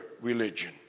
religion